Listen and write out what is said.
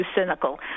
cynical